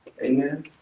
Amen